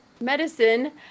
medicine